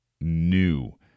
new